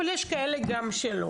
אבל יש כאלה גם שלא,